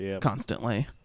constantly